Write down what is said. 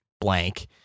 blank